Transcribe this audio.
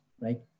right